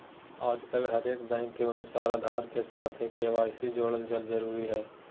आजकल हरेक बैंक के अनुसार आधार के साथ के.वाई.सी जोड़े ल जरूरी हय